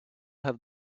have